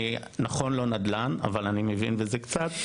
זה נכון שאני לא מתחום הנדל״ן אבל אני כן מבין בזה קצת.